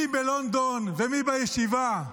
מי בלונדון ומי בישיבה.